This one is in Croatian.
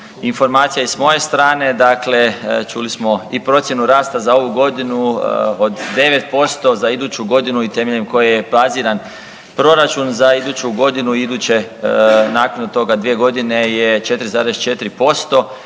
informacija i s moje strane. Dakle, čuli smo i procjenu rasta za ovu godinu od 9%, za iduću godinu i temeljem koje baziran proračun za iduću godinu i iduće nakon toga 2 godine je 4,4%